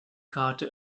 karte